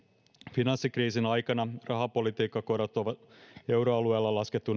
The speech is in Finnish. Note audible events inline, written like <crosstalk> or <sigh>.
finanssikriisin aikana rahapolitiikkakorot <unintelligible> <unintelligible> on euroalueella laskettu <unintelligible>